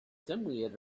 somewhere